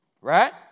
Right